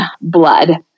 blood